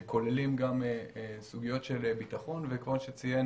שכוללים גם סוגיות של ביטחון וכמו שציין